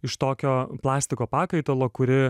iš tokio plastiko pakaitalo kurį